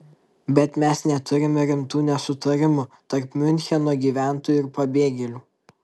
bet mes neturime rimtų nesutarimų tarp miuncheno gyventojų ir pabėgėlių